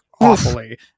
awfully